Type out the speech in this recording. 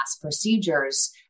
procedures